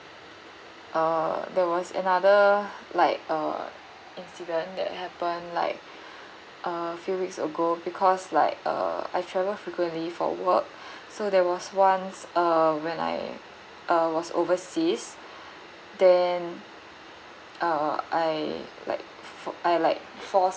uh there was another like uh incident that happen like uh few weeks ago because like uh I travel frequently for work so there was once uh when I uh was overseas then uh I like for~ I like fall